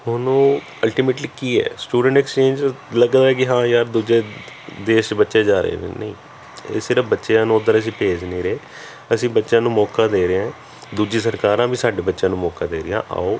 ਹੁਣ ਉਹ ਅਲਟੀਮੇਟਲੀ ਕੀ ਹੈ ਸਟੂਡੈਂਟ ਐਕਸਚੇਂਜ ਲੱਗਦਾ ਕਿ ਹਾਂ ਯਾਰ ਦੂਜੇ ਦੇਸ਼ 'ਚ ਬੱਚੇ ਜਾ ਰਹੇ ਨਹੀਂ ਇਹ ਸਿਰਫ਼ ਬੱਚਿਆਂ ਨੂੰ ਉਧਰ ਅਸੀਂ ਭੇਜ ਨਹੀਂ ਰਹੇ ਅਸੀਂ ਬੱਚਿਆਂ ਨੂੰ ਮੌਕਾ ਦੇ ਰਹੇ ਹਾਂ ਦੂਜੀਆਂ ਸਰਕਾਰਾਂ ਵੀ ਸਾਡੇ ਬੱਚਿਆਂ ਨੂੰ ਮੌਕਾ ਦੇ ਰਹੀਆਂ ਆਓ